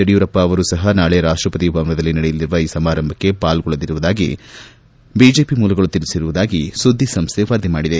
ಯಡಿಯೂರಪ್ಪ ಅವರೂ ಸಹ ನಾಳೆ ರಾಷ್ಟಪತಿ ಭವನದಲ್ಲಿ ನಡೆಯಲಿರುವ ಈ ಸಮಾರಂಭಕ್ಕೆ ಪಾಲ್ಗೊಳ್ಳಲಿದ್ದಾರೆ ಎಂದು ಬಿಜೆಪಿ ಮೂಲಗಳು ತಿಳಿಸಿರುವುದಾಗಿ ಸುದ್ದಿ ಸಂಸ್ಥೆ ವರದಿ ಮಾಡಿದೆ